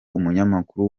umunyamakuru